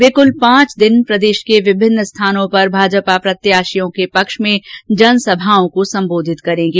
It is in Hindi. वे कल पांच दिन प्रदेश के विभिन्न स्थानों पर भाजपा प्रत्याशियों के पक्ष में जनसभाओं को सम्बोधित करेंगे